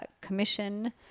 Commission